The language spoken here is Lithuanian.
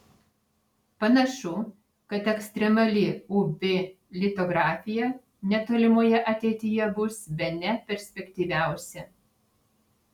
panašu kad ekstremali uv litografija netolimoje ateityje bus bene perspektyviausia